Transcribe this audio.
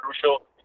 crucial